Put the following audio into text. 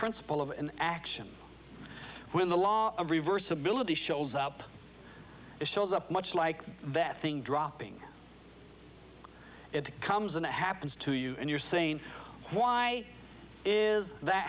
principle of an action when the law of reversibility shows up it shows up much like that thing dropping it comes and it happens to you and you're saying why is that